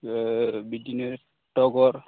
बिदिनो तगर